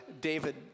David